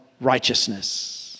righteousness